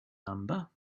number